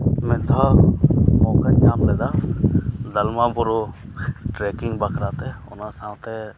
ᱢᱤᱫᱫᱷᱟᱣ ᱢᱚᱠᱟᱧ ᱧᱟᱢ ᱞᱮᱫᱟ ᱫᱚᱞᱢᱟ ᱵᱩᱨᱩ ᱴᱨᱮᱠᱤᱝ ᱵᱟᱠᱷᱨᱟᱛᱮ ᱚᱱᱟ ᱥᱟᱶᱛᱮ